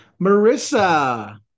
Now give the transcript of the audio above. Marissa